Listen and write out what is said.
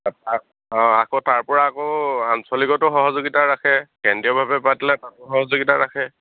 অঁ আকৌ তাৰপৰা আকৌ আঞ্চলিকতো সহযোগিতা ৰাখে কেন্দ্ৰীয়ভাৱে পাতিলে তাতো সহযোগিতা ৰাখে